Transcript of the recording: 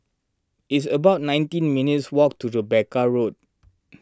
it's about nineteen minutes' walk to Rebecca Road